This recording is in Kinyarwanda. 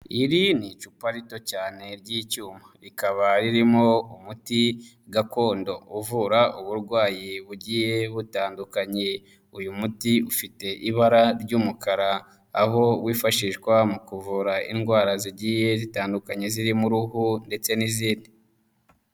Iri ni icupa rito cyane ry'icyuma, rikaba ririmo umuti gakondo uvura uburwayi bugiye butandukanye, uyu muti ufite ibara ry'umukara, aho wifashishwa mu kuvura indwara zigiye zitandukanye zirimo uruhu ndetse n'izindi.